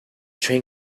train